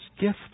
gift